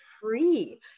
free